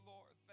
Lord